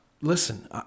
listen